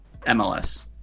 MLS